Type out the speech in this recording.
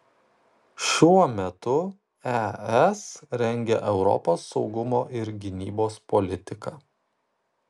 šiuo metu es rengia europos saugumo ir gynybos politiką